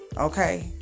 Okay